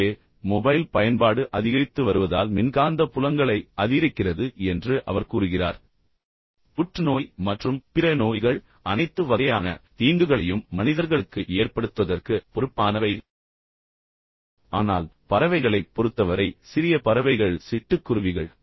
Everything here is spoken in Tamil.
எனவே மொபைல் பயன்பாடு அதிகரித்து வருவதால் மின்காந்த புலங்களை அதிகரிக்கிறது என்று அவர் கூறுகிறார் புற்றுநோய் மற்றும் பிற நோய்களை நான் சொன்னது போல் மனிதர்களுக்கு அனைத்து வகையான தீங்குகளையும் ஏற்படுத்துவதற்கு பொறுப்பானவை ஆனால் பறவைகளைப் பொறுத்தவரை சிறிய பறவைகள் சிட்டுக்குருவிகள்